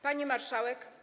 Pani Marszałek!